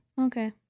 Okay